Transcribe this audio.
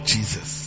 Jesus